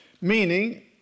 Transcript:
Meaning